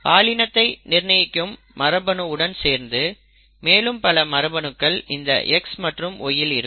பாலினத்தை நிர்ணயிக்கும் மரபணு உடன் சேர்ந்து மேலும் பல மரபணுக்கள் இந்த X மற்றும் Y இல் இருக்கும்